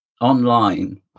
online